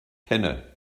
kenne